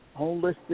holistic